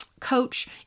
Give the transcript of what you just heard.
coach